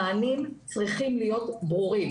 המענים צריכים להיות ברורים